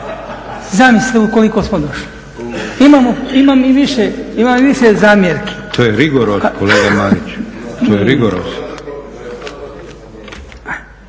Zamislite u koliko smo došli. Imam i više zamjerki. …/Upadica Predsjednik: To je rigorozno